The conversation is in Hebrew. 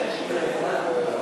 סעיף 4, כהצעת הוועדה,